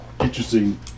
interesting